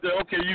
okay